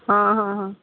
ಹಾಂ ಹಾಂ ಹಾಂ